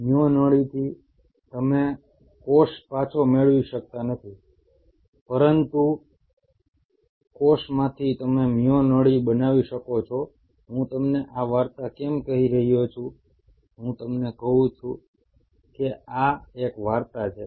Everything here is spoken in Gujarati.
મ્યો નળીથી તમે કોષ પાછો મેળવી શકતા નથી પરંતુ કોષમાંથી તમે મ્યો નળી બનાવી શકો છો હું તમને આ વાર્તા કેમ કહી રહ્યો છું હું તમને કહું છું કે આ એક વાર્તા છે